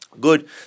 Good